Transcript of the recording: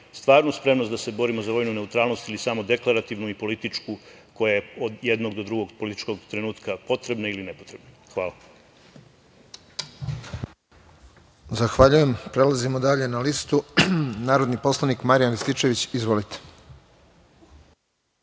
stvarnu spremnost da se borimo za vojnu neutralnost ili samo deklarativnu i političku koja je od jednog do drugog političkog trenutka potrebna ili nepotrebna. Hvala. **Radovan Tvrdišić** Zahvaljujem. Prelazimo dalje na listu. Reč ima narodni poslanik Marijan Rističević. Izvolite.